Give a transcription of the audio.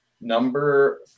number